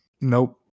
Nope